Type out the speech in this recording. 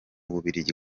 bubiligi